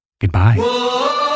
Goodbye